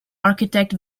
architect